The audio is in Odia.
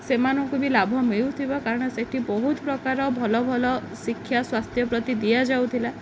ସେମାନଙ୍କୁ ବି ଲାଭ ମିଳୁଥିବ କାରଣ ସେଠି ବହୁତ ପ୍ରକାର ଭଲ ଭଲ ଶିକ୍ଷା ସ୍ୱାସ୍ଥ୍ୟ ପ୍ରତି ଦିଆଯାଉଥିଲା